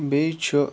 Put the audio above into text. بیٚیہِ چھُ